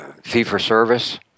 fee-for-service